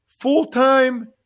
full-time